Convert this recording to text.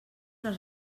les